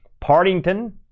Partington